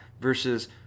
versus